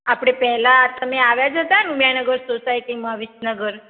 આપણે પેહલાં તમે આવ્યા જ હતા ને ઉમિયાનગર સોસાયટીમાં વિસનગર